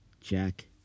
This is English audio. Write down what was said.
Jack